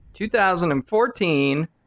2014